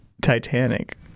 Titanic